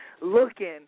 Looking